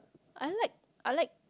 I like I like